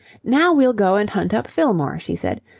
now we'll go and hunt up fillmore, she said.